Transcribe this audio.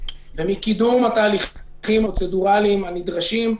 וקידום התהליכים הפרוצדורליים הנדרשים.